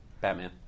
Batman